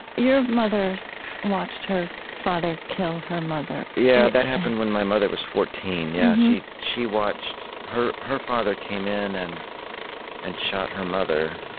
your mother watched her father kill her mother yeah, that happened when my mother was fourteen. yeah she she watched her her father came in and and shot her mother,